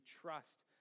trust